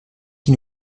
qui